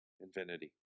infinity